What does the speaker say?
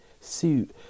suit